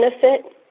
benefit